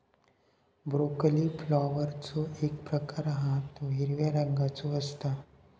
broccoli फ्लॉवरचो एक प्रकार हा तो हिरव्या रंगाचो असता